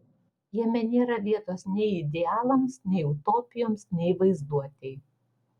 jame nėra vietos nei idealams nei utopijoms nei vaizduotei